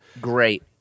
great